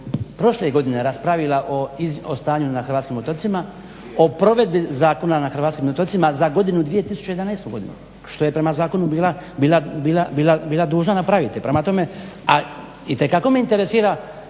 prošle godine raspravila o stanju na hrvatskim otocima, o provedbi zakona na hrvatskim otocima za 2011. godinu što je prema zakonu bila dužna napraviti. A itekako me interesira